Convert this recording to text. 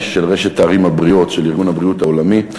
של רשת הערים הבריאות של ארגון הבריאות העולמי,